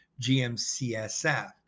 GMCSF